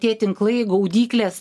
tie tinklai gaudyklės